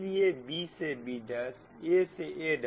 इसलिए b से b' a से a' c से c'